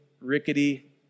rickety